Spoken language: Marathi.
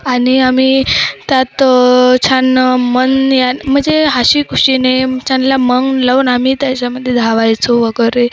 आणि आम्ही त्यात छान मन या म्हणजे हसी खुशीने चांगला मग लावून आम्ही त्याच्यामध्ये धावायचो वगैरे